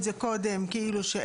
אנחנו הבנו את זה קודם כאילו שאין,